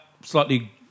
slightly